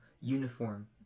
uniform